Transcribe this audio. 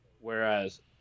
whereas